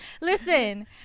listen